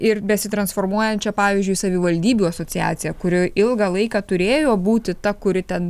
ir besitransformuojančią pavyzdžiui savivaldybių asociaciją kuri ilgą laiką turėjo būti ta kuri ten